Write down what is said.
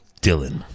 Dylan